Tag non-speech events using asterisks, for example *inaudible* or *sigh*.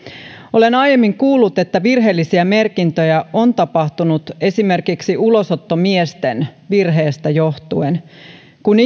olen aiemmin kuullut että virheellisiä merkintöjä on tapahtunut esimerkiksi ulosottomiesten virheestä johtuen kun *unintelligible*